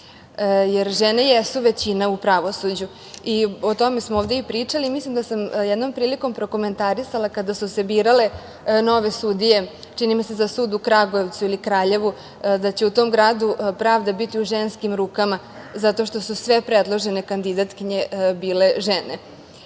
jer žene jesu većina u pravosuđu. O tome smo ovde i pričali. Mislim da sam jednom prilikom prokomentarisala, kada su se birale nove sudije, čini mi se za sud u Kragujevcu ili Kraljevu, da će u tom gradu pravda biti u ženskim rukama, zato što su sve predložene kandidatkinje bile žene.